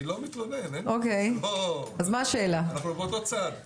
אני לא מתלונן, אנחנו באותו צד.